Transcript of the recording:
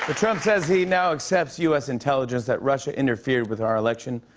but trump says he now accepts u s. intelligence that russia interfered with our election.